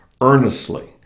earnestly